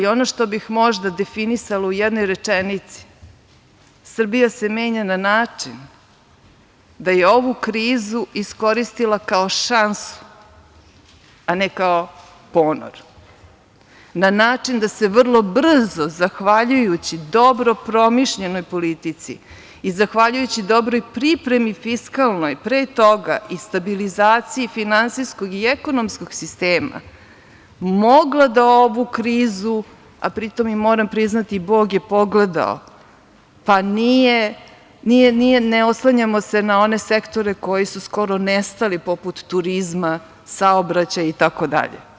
Ono što bi možda definisalo u jednoj rečenici, Srbija se menja na način da je ovu krizu iskoristila kao šansu, a ne kao ponor, na način da se vrlo brzo zahvaljujući dobro promišljenoj politici i zahvaljujući dobroj pripremi fiskalnoj, pre toga i stabilizaciji finansijskog i ekonomskog sistema, mogla da ovu krizu, a pri tome moram priznati, Bog je pogledao, pa ne oslanjamo se na one sektore koji su skoro nestali poput turizma, saobraćaja itd.